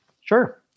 Sure